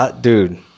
dude